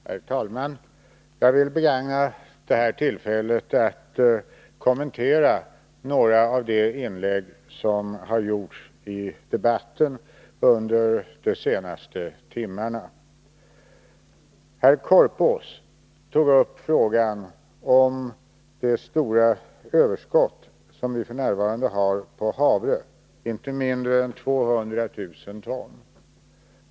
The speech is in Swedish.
Herr talman! Jag skall begagna detta tillfälle att kommentera några av de inlägg som har gjorts i debatten under de senaste timmarna. Herr Korpås tog upp frågan om det stora överskott på havre som vi f. n. har, inte mindre än 200 000 ton.